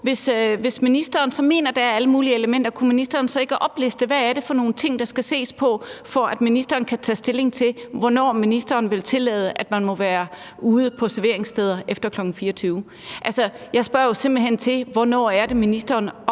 Hvis ministeren mener, der er alle mulige elementer, kunne ministeren så ikke opliste, hvad det er for nogle ting, der skal ses på, for at ministeren kan tage stilling til, hvornår ministeren vil tillade, at man må være ude på serveringssteder efter kl. 24? Altså, jeg spørger jo simpelt hen til, hvornår det er, ministeren opgiver